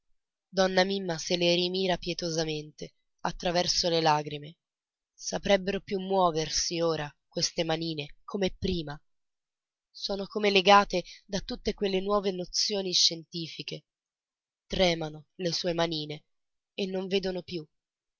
donna mimma se le rimira pietosamente attraverso le lagrime saprebbero più muoversi ora queste manine come prima sono come legate da tutte quelle nuove nozioni scientifiche tremano le sue manine e non vedono più